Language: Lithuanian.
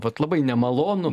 vat labai nemalonu